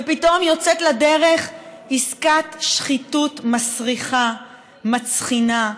ופתאום יוצאת לדרך עסקת שחיתות מסריחה, מצחינה,